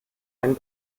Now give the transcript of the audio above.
ein